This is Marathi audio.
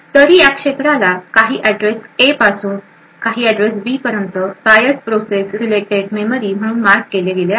तरी या क्षेत्राला काही ऍड्रेस ए पासून काही ऍड्रेस बी पर्यंत बायस प्रोसेस रिलेटेड मेमरी म्हणून मार्क केले आहे